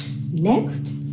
Next